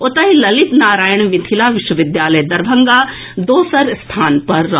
ओतहि ललित नारायण मिथिला विश्वविद्यालय दरभंगा दोसर स्थान पर रहल